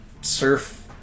surf